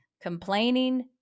complaining